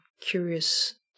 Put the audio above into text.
curious